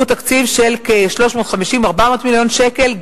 הוא תקציב של 350 400 מיליון שקל.